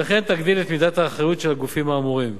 וכן תגדל מידת האחריות של הגופים האמורים.